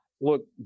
look